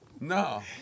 no